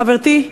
קארין חברתי,